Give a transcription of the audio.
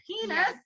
penis